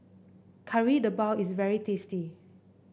Kari Debal is very tasty